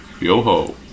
Yo-ho